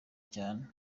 cyane